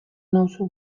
nauzu